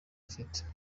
afite